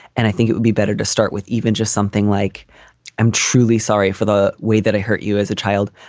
and i think it would be better to start with even just something like i'm truly sorry for the way that i hurt you as a child.